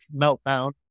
meltdown